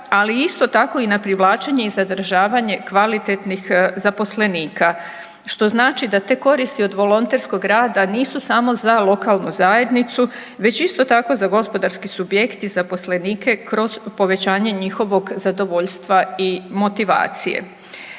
ali isto tako i na privlačenje i zadržavanje kvalitetnih zaposlenika, što znači da te koristi od volonterskog rada nisu samo za lokalnu zajednicu već isto tako za gospodarski subjekt i zaposlenike kroz povećanje njihovog zadovoljstva i motivacije.